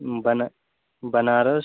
बना बनारस